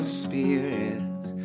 spirit